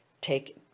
Take